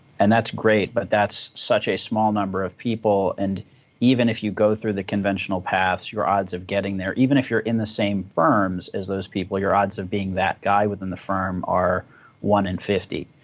and that's great, but that's such a small number of people. and even if you go through the conventional paths, your odds of getting there, even if you're in the same firms as those people, your odds of being that guy within the firm are one in fifty.